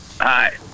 Hi